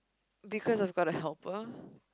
because I've got a helper